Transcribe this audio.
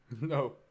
No